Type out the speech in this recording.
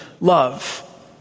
love